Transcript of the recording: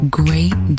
great